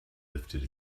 lifted